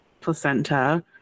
placenta